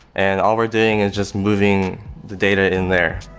and all we're doing is just moving the data in there,